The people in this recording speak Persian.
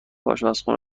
آشپزخونه